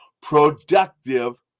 productive